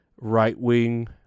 right-wing